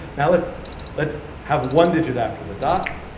now let's let's have one digit after the dot.